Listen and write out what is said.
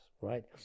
right